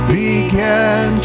began